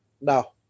No